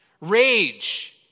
rage